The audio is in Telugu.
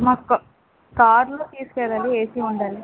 మాకు కా కారులో తీసుకెళ్ళాలి ఏసి ఉండాలి